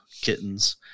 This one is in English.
kittens